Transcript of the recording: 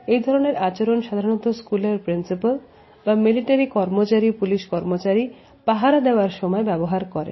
এ ধরনের আচরণ সাধারণত স্কুলের প্রিন্সিপাল বা মিলিটারি কর্মচারী পুলিশ কর্মচারী পাহারা দেওয়ার সময় ব্যবহার করেন